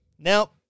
Now